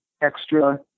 extra